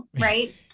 Right